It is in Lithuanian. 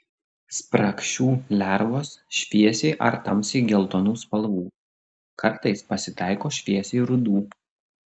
spragšių lervos šviesiai ar tamsiai geltonų spalvų kartais pasitaiko šviesiai rudų